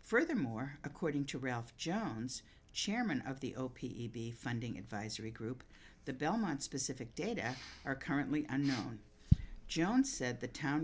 furthermore according to ralph jones chairman of the opi funding advisory group the belmont specific data are currently unknown jones said the town